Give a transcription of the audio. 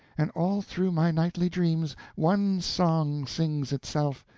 and all through my nightly dreams, one song sings itself,